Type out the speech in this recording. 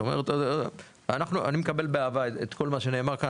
זאת אומרת, אני מקבל באהבה את כל מה שנאמר כאן.